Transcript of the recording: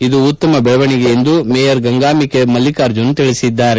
ಇದು ಉತ್ತಮ ಬೆಳವಣಿಗೆ ಎಂದು ಮೇಯರ್ ಗಂಗಾಬಿಕೆ ಮಲ್ಲಿಕಾರ್ಜುನ್ ಹೇಳದ್ದಾರೆ